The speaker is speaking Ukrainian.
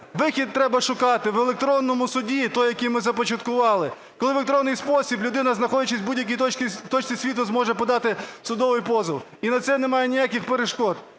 вихід треба шукати в електронному суді той, який ми започаткували. Коли в електронний спосіб людина, знаходячись в будь-якій точці світу, зможе подати судовий позов і на це немає ніяких перешкод.